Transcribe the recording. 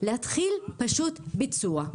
להתחיל פשוט לבצע.